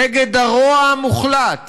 נגד הרוע המוחלט